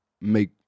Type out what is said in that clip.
make